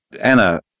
Anna